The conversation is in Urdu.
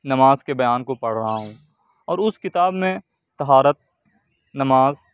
نماز کے بیان کو پڑھ رہا ہوں اور اس کتاب میں طہارت نماز